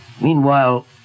Meanwhile